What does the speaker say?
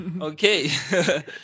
Okay